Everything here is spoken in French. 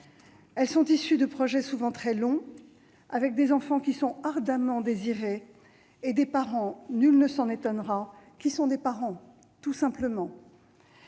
elles sont issues de projets souvent très longs avec des enfants qui sont ardemment désirés et des parents, nul ne s'en étonnera, qui sont des parents, tout simplement.